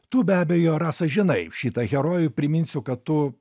tu be abejo rasa žinai šitą herojų priminsiu kad tu